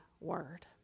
word